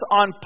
on